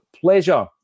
pleasure